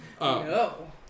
No